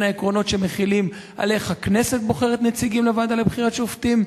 העקרונות שמחילים על איך הכנסת בוחרת נציגים לוועדה לבחירת שופטים,